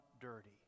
dirty